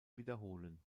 wiederholen